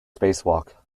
spacewalk